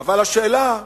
אבל השאלה היא: